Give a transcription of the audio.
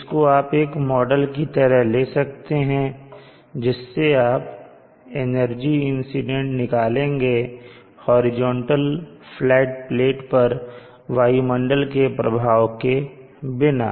इसको आप एक मॉडल की तरह ले सकते हैं जिससे आप एनर्जी इंसीडेंट निकालेंगे हॉरिजॉन्टल फ्लैट प्लेट पर वायुमंडल के प्रभाव के बिना